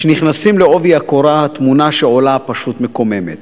כשנכנסים בעובי הקורה, התמונה שעולה פשוט מקוממת.